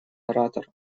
оратор